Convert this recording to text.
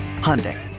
Hyundai